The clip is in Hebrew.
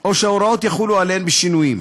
או שההוראות יחולו עליהן בשינויים.